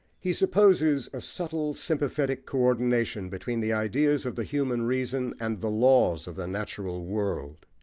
he supposes a subtle, sympathetic co-ordination between the ideas of the human reason and the laws of the natural world.